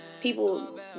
people